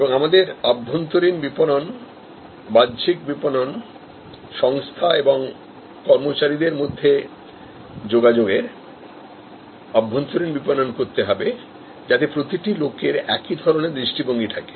এবং আমাদের আভ্যন্তরীণ বিপণন বাহ্যিক বিপণন সংস্থা এবং কর্মচারীদের মধ্যে যোগাযোগের আভ্যন্তরীণ বিপণন করতে হবে যাতে প্রতিটি লোকের একই ধরনের দৃষ্টিভঙ্গি থাকে